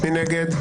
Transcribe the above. מי נמנע?